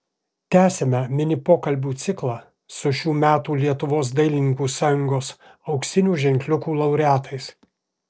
tęsiame mini pokalbių ciklą su šių metų lietuvos dailininkų sąjungos auksinių ženkliukų laureatais